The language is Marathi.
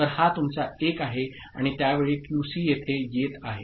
तर हा तुमचा 1 आहे आणि त्यावेळी QC येथे येत आहे